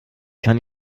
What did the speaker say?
kann